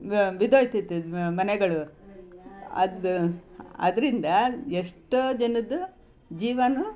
ಬಿದ್ದೋಗ್ತಿತ್ತು ಮನೆಗಳು ಅದು ಅದರಿಂದ ಎಷ್ಟೋ ಜನ್ರದು ಜೀವವೂ